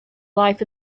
life